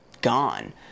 gone